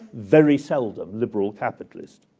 very seldom liberal capitalist.